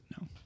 No